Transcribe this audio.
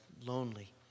lonely